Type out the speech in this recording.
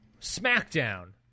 smackdown